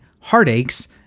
Heartaches